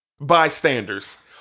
bystanders